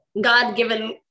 God-given